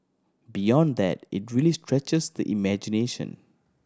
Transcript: beyond that it really stretches the imagination